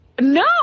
No